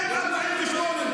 איך, 48?